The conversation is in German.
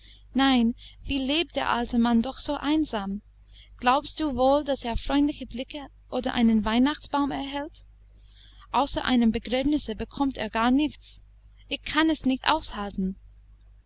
nein wie lebt der alte mann doch so einsam glaubst du wohl daß er freundliche blicke oder einen weihnachtsbaum erhält außer einem begräbnisse bekommt er gar nichts ich kann es nicht aushalten